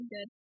Good